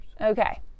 Okay